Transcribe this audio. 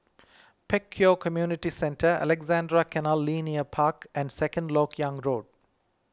Pek Kio Community Centre Alexandra Canal Linear Park and Second Lok Yang Road